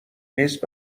نیست